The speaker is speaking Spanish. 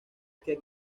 que